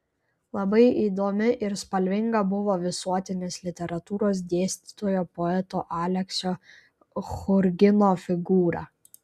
labai įdomi ir spalvinga buvo visuotinės literatūros dėstytojo poeto aleksio churgino figūra